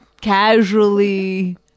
casually